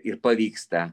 ir pavyksta